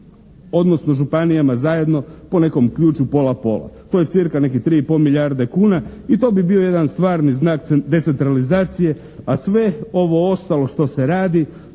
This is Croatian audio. odnosno županijama zajedno, po nekom ključu pola-pola. To je cca nekih 3 i po milijarde kuna i to bi bio jedan stvarni znak decentralizacije, a sve ovo ostalo što se radi